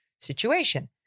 situation